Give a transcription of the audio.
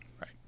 Right